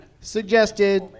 suggested